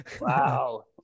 Wow